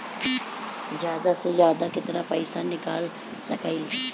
जादा से जादा कितना पैसा निकाल सकईले?